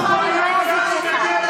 מה לעשות?